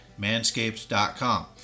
Manscaped.com